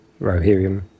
Rohirrim